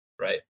right